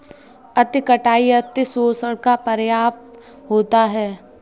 अति कटाई अतिशोषण का पर्याय होता है